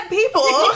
people